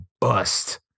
bust